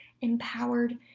empowered